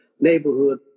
neighborhood